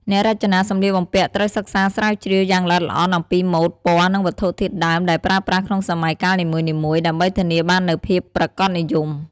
អ្នករចនាសម្លៀកបំពាក់ត្រូវសិក្សាស្រាវជ្រាវយ៉ាងល្អិតល្អន់អំពីម៉ូដ ពណ៌ និងវត្ថុធាតុដើមដែលប្រើប្រាស់ក្នុងសម័យកាលនីមួយៗ ដើម្បីធានាបាននូវភាពប្រាកដនិយម។